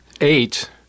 eight